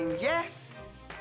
yes